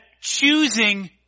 choosing